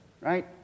right